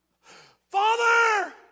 Father